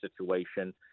situation